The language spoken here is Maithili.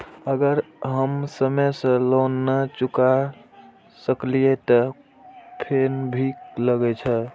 अगर हम समय से लोन ना चुकाए सकलिए ते फैन भी लगे छै?